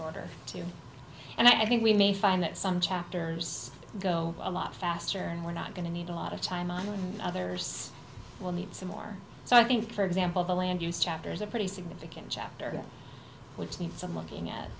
order to and i think we may find that some chapters go a lot faster and we're not going to need a lot of time on others will need some more so i think for example the land use chapter is a pretty significant chapter which means i'm looking at